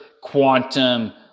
quantum